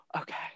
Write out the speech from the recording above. Okay